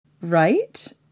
right